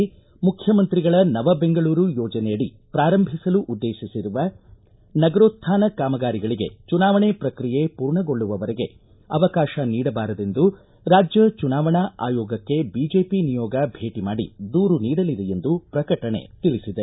ಮುಖ್ಯಮಂತ್ರಿಗಳ ನವಬೆಂಗಳೂರು ಯೋಜನೆಯಡಿ ಪ್ರಾರಂಭಿಸಲು ಉದ್ದೇಶಿಸಿರುವ ನಗರೋತ್ಥಾನ ಕಾಮಗಾರಿಗಳಿಗೆ ಚುನಾವಣೆ ಪ್ರಕ್ರಿಯೆ ಪೂರ್ಣಗೊಳ್ಳುವ ವರೆಗೆ ಅವಕಾಶ ನೀಡಬಾರದೆಂದು ರಾಜ್ಯ ಚುನಾವಣಾ ಆಯೋಗಕ್ಕೆ ಬಿಜೆಪಿ ನಿಯೋಗ ಇಂದು ಭೇಟಿ ಮಾಡಿ ದೂರು ನೀಡಲಿದೆ ಎಂದು ಪ್ರಕಟಣೆ ತಿಳಿಸಿದೆ